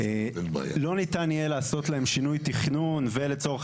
לא ניתן יהיה לעשות להם שינוי תכנון ולצורך